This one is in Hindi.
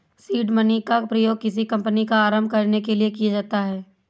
सीड मनी का प्रयोग किसी कंपनी को आरंभ करने के लिए किया जाता है